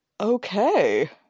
Okay